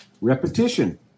Repetition